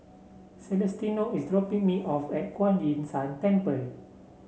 Celestino is dropping me off at Kuan Yin San Temple